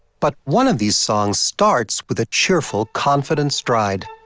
but one of these songs starts with a cheerful, confident stride.